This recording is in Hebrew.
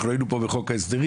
אנחנו היינו פה בחוק ההסדרים.